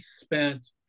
spent